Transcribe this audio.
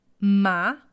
Ma